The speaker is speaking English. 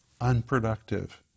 unproductive